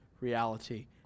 reality